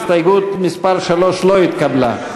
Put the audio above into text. הסתייגות מס' 3 לא התקבלה.